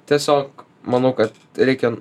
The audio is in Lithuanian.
tiesiog manau kad reikia